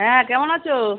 হ্যাঁ কেমন আছো